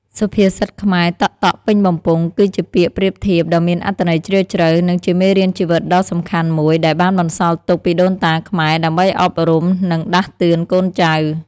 សុភាសិតខ្មែរ តក់ៗពេញបំពង់ គឺជាពាក្យប្រៀបធៀបដ៏មានអត្ថន័យជ្រាលជ្រៅ និងជាមេរៀនជីវិតដ៏សំខាន់មួយ ដែលបានបន្សល់ទុកពីដូនតាខ្មែរ ដើម្បីអប់រំ និងដាស់តឿនកូនចៅ។